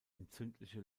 entzündliche